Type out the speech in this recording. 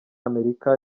amerika